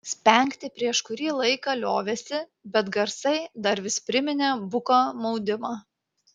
spengti prieš kurį laiką liovėsi bet garsai dar vis priminė buką maudimą